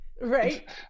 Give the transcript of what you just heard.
right